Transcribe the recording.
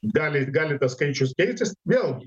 gali gali tas skaičius keistis vėlgi